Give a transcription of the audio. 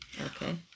Okay